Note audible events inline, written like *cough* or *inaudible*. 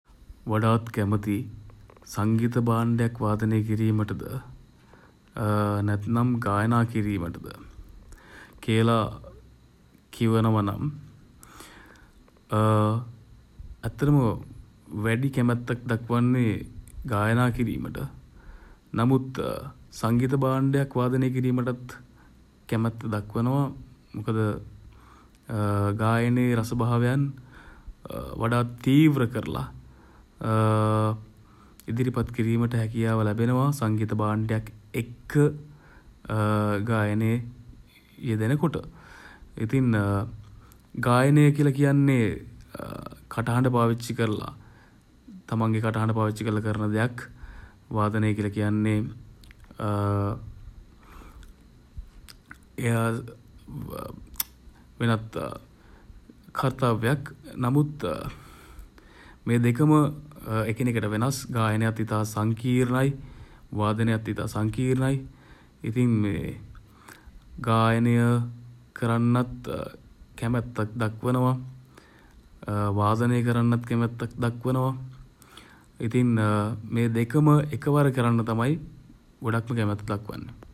වඩාත් කැමති *hesitation* සංගීත භාණ්ඩයක් වාදනය කිරීමටද *hesitation* නැත්නම් ගායනා කිරීමටද *hesitation* කියල කියනවා නම් *hesitation* ඇත්තටම *hesitation* වැඩි කැමැත්තක් දක්වන්නේ *hesitation* ගායනා කිරීමට. නමුත් *hesitation* සංගීත භාණ්ඩයක් වාදනය කිරීමටත් *hesitation* කැමැත්ත දක්වනවා. මොකද *hesitation* ගායනයේ රස භාවයන් *hesitation* වඩාත් තීව්‍ර කරලා *hesitation* ඉදිරිපත් කිරීමට හැකියාව ලැබෙනවා *hesitation* සංගීත භාණ්ඩයක් එක්ක *hesitation* ගායනයේ *hesitation* යෙදෙන කොට. ඉතින් *hesitation* ගායනය කියල කියන්නේ *hesitation* කටහඬ පාවිච්චි කරලා *hesitation* තමන්ගේ කටහඬ පාවිච්චි කරලා කරන දෙයක්. වාදනය කියල කියන්නේ *hesitation* වෙනත් *hesitation* කර්තව්‍යක්. නමුත් *hesitation* මේ දෙකම *hesitation* එකිනෙකට වෙනස්. ගායනයත් ඉතා සංකීර්ණයි. වාදනයත් ඉතා *hesitation* සංකීර්ණයි. ඉතින් මේ *hesitation* ගායනය *hesitation* කරන්නත් *hesitation* කැමැත්තක් දක්වනවා. වාදනය කරන්නත් කැමැත්තක් දක්වනවා. ඉතින් *hesitation* මේ දෙකම එක වර කරන්න තමයි *hesitation* ගොඩක්ම කැමැත්ත දක්වන්නේ.